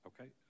Okay